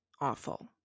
awful